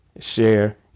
share